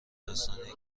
داستانیه